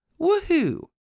Woohoo